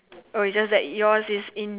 oh it's just that yours is in